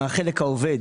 מחלק העובד,